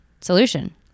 solution